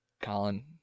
Colin